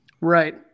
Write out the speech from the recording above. Right